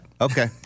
Okay